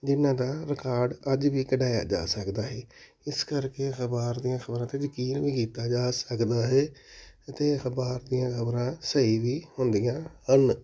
ਜਿਹਨਾਂ ਦਾ ਰਿਕਾਰਡ ਅੱਜ ਵੀ ਕਢਾਇਆ ਜਾ ਸਕਦਾ ਹੀ ਇਸ ਕਰਕੇ ਅਖ਼ਬਾਰ ਦੀਆਂ ਖ਼ਬਰਾਂ 'ਤੇ ਯਕੀਨ ਵੀ ਕੀਤਾ ਜਾ ਸਕਦਾ ਹੈ ਅਤੇ ਅਖ਼ਬਾਰ ਦੀਆਂ ਖਖ਼ਰਾਂ ਸਹੀ ਵੀ ਹੁੰਦੀਆਂ ਹਨ